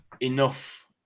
enough